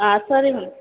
ಆಂ ಸರಿ ಮ್